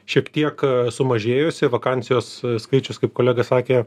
šiek tiek sumažėjusi vakansijos skaičius kaip kolega sakė